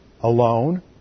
alone